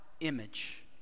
image